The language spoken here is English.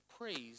praise